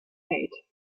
made